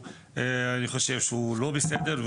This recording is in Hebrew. אני חושב שהוא לא בסדר,